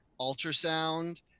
ultrasound